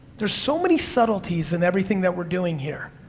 there's so many subtleties in everything that we're doing here.